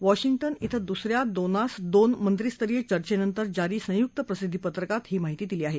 Washington कें दुसऱ्या दोनास दोन मंत्रीस्तरीय चर्चेनंतर जारी संयुक्त प्रसिद्वी पत्रकात ही माहिती दिली आहे